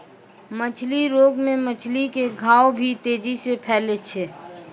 मछली रोग मे मछली के घाव भी तेजी से फैलै छै